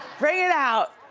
bring it out.